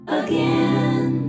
again